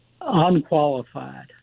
unqualified